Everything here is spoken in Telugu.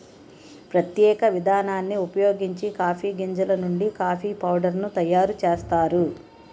ప్రత్యేక విధానాన్ని ఉపయోగించి కాఫీ గింజలు నుండి కాఫీ పౌడర్ ను తయారు చేస్తారు